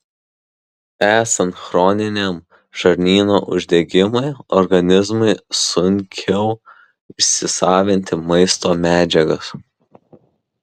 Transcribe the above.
esant chroniniam žarnyno uždegimui organizmui sunkiau įsisavinti maisto medžiagas